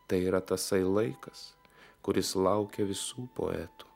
tai yra tasai laikas kuris laukia visų poetų